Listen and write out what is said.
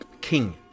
King